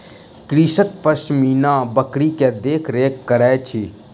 कृषक पश्मीना बकरी के देख रेख करैत अछि